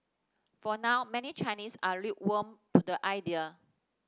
for now many Chinese are lukewarm to the idea